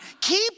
Keep